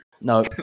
no